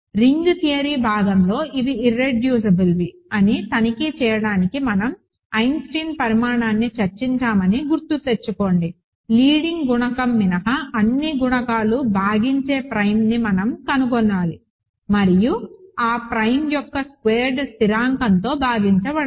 ring theory భాగంలో ఇవి ఇర్రెడ్యూసిబుల్వి అని తనిఖీ చేయడానికి మనం ఐసెన్స్టీన్ ప్రమాణాన్ని చర్చించామని గుర్తుతెచ్చుకోండి లీడింగ్ గుణకం మినహా అన్ని గుణకాలు భాగించే ప్రైమ్ను మనం కనుగొనాలి మరియు ఆ ప్రైమ్ యొక్క స్క్వేర్ స్థిరాంకంతో భాగించబడదు